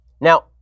Now